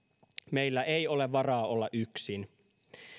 meillä ei ole varaa olla yksin